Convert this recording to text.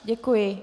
Děkuji.